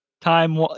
time